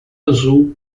azul